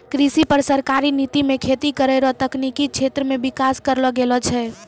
कृषि पर सरकारी नीति मे खेती करै रो तकनिकी क्षेत्र मे विकास करलो गेलो छै